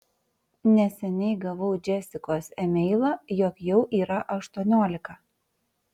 neseniai gavau džesikos emailą jog jau yra aštuoniolika